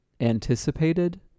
anticipated